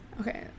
okay